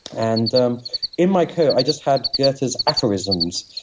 and um in my coat i just had goethe's aphorisms,